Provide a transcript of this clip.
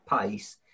pace